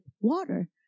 water